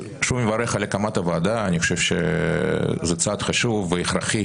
על הקמת הוועדה, אני חושב שזה צעד חשוב והכרחי